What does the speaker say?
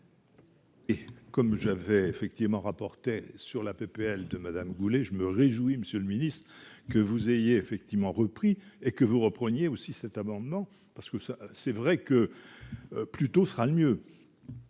Et comme j'avais effectivement rapporté sur la PPL de madame Boulay je me réjouis, monsieur le Ministre, que vous ayez effectivement repris et que vous repreniez aussi cet amendement parce que ça c'est vrai que plus tôt sera le mieux